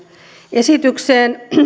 esitykseen